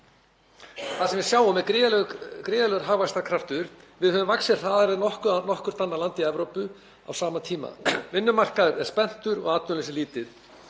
Það sem við sjáum er gríðarlegur hagvaxtarkraftur. Við höfum vaxið hraðar en nokkurt annað land í Evrópu á sama tíma. Vinnumarkaðurinn er spenntur og atvinnuleysi lítið.